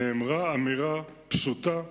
נאמרה אמירה פשוטה,